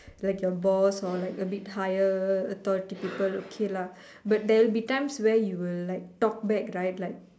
like your boss or like a bit higher authority people okay lah but there will be times where you will like talk back right like